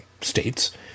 states